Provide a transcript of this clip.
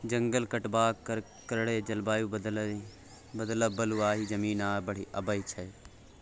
जंगल कटबाक कारणेँ जलबायु बदलब, बलुआही जमीन, आ बाढ़ि आबय छै